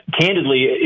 candidly